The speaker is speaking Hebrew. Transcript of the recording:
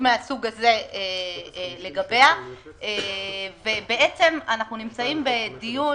אנחנו נמצאים בדיון,